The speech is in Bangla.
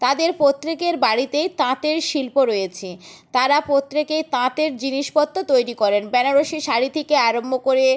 তাদের প্রত্যেকের বাড়িতেই তাঁতের শিল্প রয়েছে তারা প্রত্যেকে তাঁতের জিনিসপত্র তৈরি করেন বেনারসি শাড়ি থেকে আরম্ভ করে